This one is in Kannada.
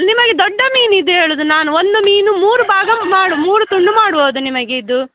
ನಿಮಗೆ ದೊಡ್ಡ ಮೀನಿದ್ದು ಹೇಳೂದ್ ನಾನು ಒಂದು ಮೀನು ಮೂರು ಭಾಗ ಮಾಡಿ ಮೂರು ತುಂಡು ಮಾಡ್ಬೋದು ನಿಮಗೆ ಇದು